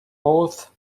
oath